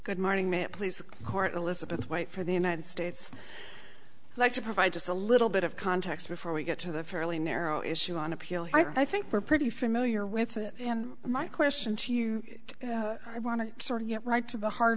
good morning may it please the court elizabeth wait for the united states like to provide just a little bit of context before we get to the fairly narrow issue on appeal i think we're pretty familiar with it and my question to you i want to sort of get right to the heart